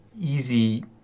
easy